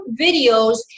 videos